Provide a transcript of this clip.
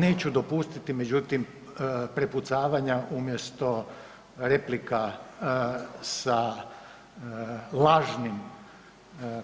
Neću dopustiti međutim prepucavanja umjesto replika sa lažnim